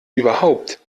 überhaupt